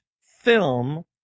film